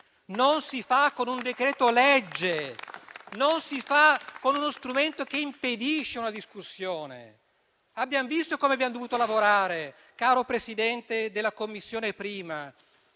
Non si fa con un decreto-legge. Non si fa con uno strumento che impedisce una discussione. Abbiamo visto come abbiamo dovuto lavorare, caro Presidente della 1ª Commissione.